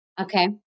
Okay